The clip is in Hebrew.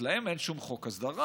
אז להם אין שום חוק הסדרה.